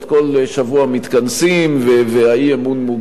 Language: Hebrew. כל שבוע מתכנסים והאי-אמון מוגש.